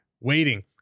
waiting